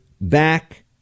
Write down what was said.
back